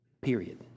period